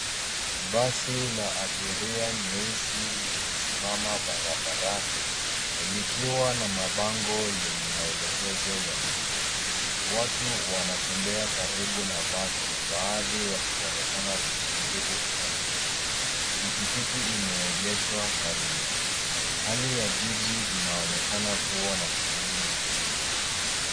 Basi la abiria nyeusi limesimama barabarani likiwa na na mabango yenye maelekezo ya njia. Watu wanatembea karibu na basi ,baadhi wakionekana kusubiri usafiri. Pikipiki imeegeshwa karibu. Hali ya jiji inaonekana kuwa na shughuli nyingi.